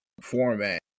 format